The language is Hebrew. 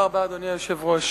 תודה רבה, אדוני היושב-ראש.